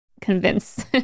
convince